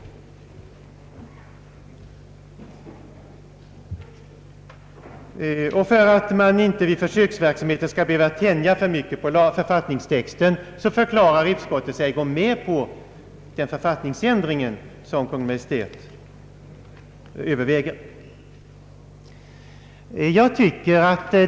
Utskottet förklarar sig tillstyrka den författningsändring som Kungl. Maj:t överväger, för att man inte vid försöksverksamheten skall behöva tänja för mycket på författningstexten.